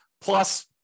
Plus